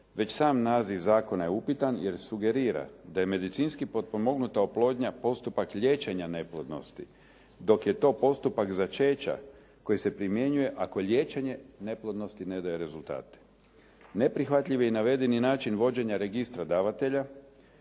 već sam naziv zakona je upitan jer sugerira da je medicinski potpomognuta oplodnja postupak liječenja neplodnosti, dok je to postupak začeća koji se primjenjuje ako liječenje neplodnosti ne daje rezultate. Neprihvatljiv je i navedeni način vođenja registra davatelja.